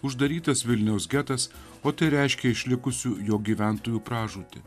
uždarytas vilniaus getas o tai reiškia išlikusių jo gyventojų pražūtį